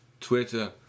Twitter